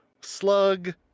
slug